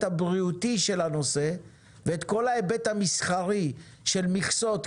הבריאותי של הנושא ואת כל ההיבט המסחרי של מכסות,